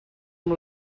amb